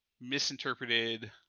misinterpreted